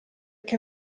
che